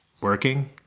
working